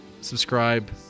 subscribe